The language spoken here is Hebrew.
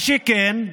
מה שכן,